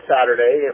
Saturday